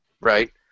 right